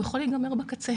הוא יכול להיגמר בקצה